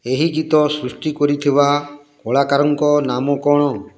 ଏହି ଗୀତ ସୃଷ୍ଟି କରିଥିବା କଳାକାରଙ୍କ ନାମ କ'ଣ